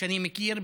שאני מכיר.